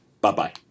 Bye-bye